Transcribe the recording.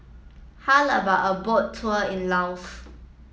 how about a boat tour in Laos